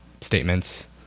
statements